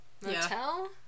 Motel